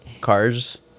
Cars